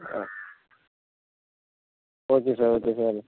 ah okay sir okay sir